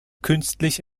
künstlich